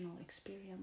experience